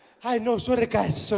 hey no sorry guys, so